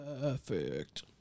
perfect